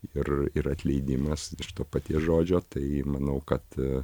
ir ir atleidimas iš to paties žodžio tai manau kad